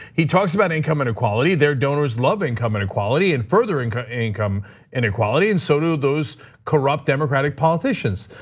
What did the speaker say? he talks about income and equality. their donors love income and equality, and further income income and equality. and so do those corrupt democratic politicians.